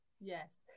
Yes